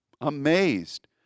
amazed